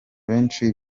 benshi